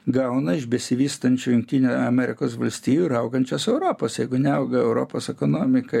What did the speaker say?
gauna iš besivystančių jungtinių amerikos valstijų ir augančios europos jeigu neauga europos ekonomika